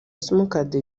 simukadi